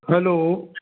hello